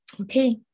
Okay